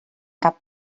cap